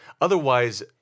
Otherwise